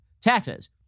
taxes